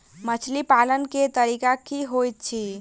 मछली पालन केँ तरीका की होइत अछि?